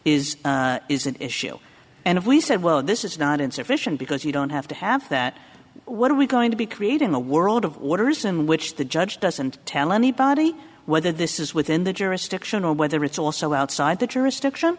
is is an issue and if we said well this is not insufficient because you don't have to have that what are we going to be create in the world of waters in which the judge doesn't tell anybody whether this is within the jurisdiction or whether it's also outside the jurisdiction